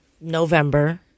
November